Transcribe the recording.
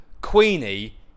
Queenie